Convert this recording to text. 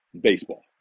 baseball